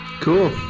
cool